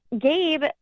Gabe